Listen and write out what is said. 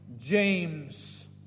James